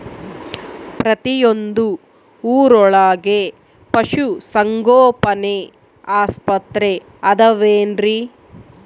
ಪ್ರತಿಯೊಂದು ಊರೊಳಗೆ ಪಶುಸಂಗೋಪನೆ ಆಸ್ಪತ್ರೆ ಅದವೇನ್ರಿ?